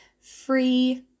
free